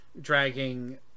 dragging